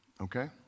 okay